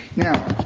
now,